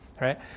right